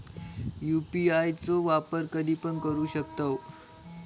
UPI चो वापर कधीपण करू शकतव?